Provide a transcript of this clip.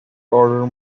order